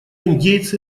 индейцы